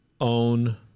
own